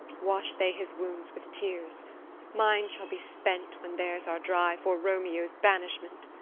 wash they his wounds with tears mine shall be spent, when theirs are dry, for romeo's banishment.